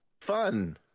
fun